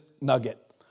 nugget